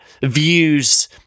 views